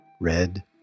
red